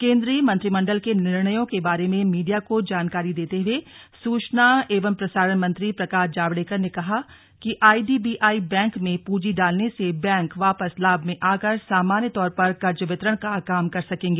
केंद्रीय मंत्रिमंडल के निर्णयों के बारे में मीडिया को जानकारी देते हुए सूचना एवं प्रसारण मंत्री प्रकाश जावड़ेकर ने कहा कि आईडीबीआई बैंक में पूंजी डालने से बैंक वापस लाभ में आकर सामान्य तौर पर कर्ज वितरण का काम कर सकेगा